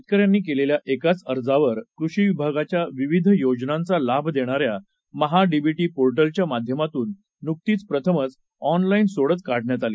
शेतकऱ्यांनी केलेल्या एकाच अर्जावर कृषि विभागाच्या विविध योजनांचा लाभ देणाऱ्या महाडीबीटी पोर्टलच्या माध्यमातून नुकतीच प्रथमच ऑनलाईन सोडत काढण्यात आली